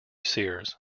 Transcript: sears